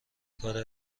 کار